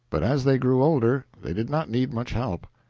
but as they grew older they did not need much help.